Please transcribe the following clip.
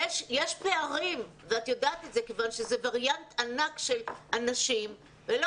יש פערים ואת יודעת את זה כיוון שזה וריאנט ענק של אנשים ולא